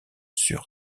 sur